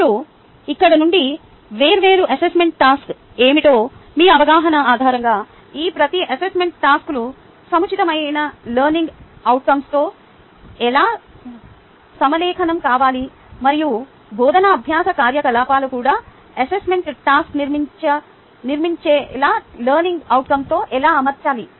ఇప్పుడు ఇక్కడ నుండి వేర్వేరు అసెస్మెంట్ టాస్క్ ఏమిటో మీ అవగాహన ఆధారంగా ఈ ప్రతి అసెస్మెంట్ టాస్క్లు సముచితమైన లెర్నింగ్ అవుట్కంస్తో ఎలా సమలేఖనం కావాలి మరియు బోధనా అభ్యాస కార్యకలాపాలు కూడా అసెస్మెంట్ టాస్క్ మరియు లెర్నింగ్తో ఎలా అమర్చాలి